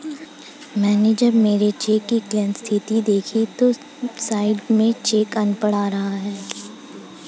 मैनें जब मेरे चेक की क्लियरिंग स्थिति देखी तो साइट पर आ रहा था कि चेक अनपढ़ है